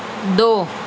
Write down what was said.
دو